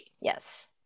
Yes